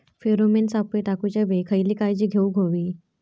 Pheromone सापळे टाकूच्या वेळी खयली काळजी घेवूक व्हयी?